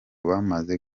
bamaze